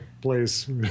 place